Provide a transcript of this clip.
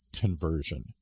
conversion